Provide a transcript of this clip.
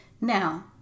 Now